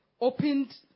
opened